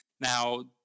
Now